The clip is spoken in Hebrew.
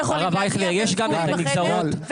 כי הם סגורים בחדר.